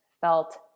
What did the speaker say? felt